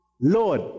Lord